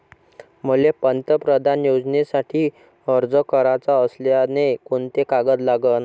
मले पंतप्रधान योजनेसाठी अर्ज कराचा असल्याने कोंते कागद लागन?